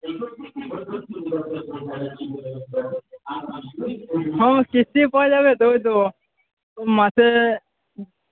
হুম কিস্তিও পাওয়া যাবে তো ওই তো তো মাসে